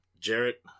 Jarrett